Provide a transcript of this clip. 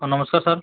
ହଁ ନମସ୍କାର୍ ସାର୍